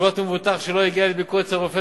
לגבות ממבוטח שלא הגיע לביקור אצל רופא